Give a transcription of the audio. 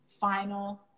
final